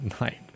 night